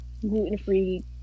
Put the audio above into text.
gluten-free